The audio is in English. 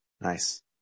Nice